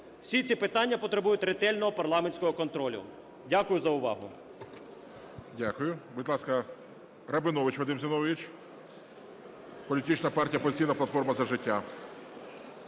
Всі ці питання потребують ретельного парламентського контролю. Дякую за увагу.